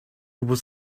was